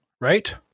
right